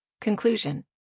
Conclusion